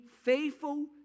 faithful